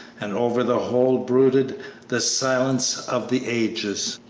and over the whole brooded the silence of the ages.